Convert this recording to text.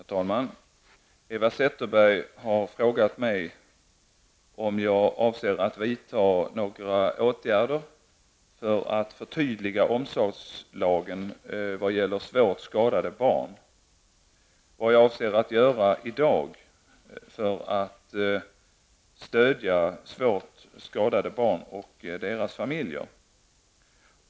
Herr talman! Eva Zetterberg har frågat mig: 1. Om jag avser att vidta några åtgärder för att förtydliga omsorgslagen vad gäller svårt skadade barn. 2. Vad jag avser att göra i dag för att stödja svårt skadade barn och deras familjer. 3.